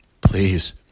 Please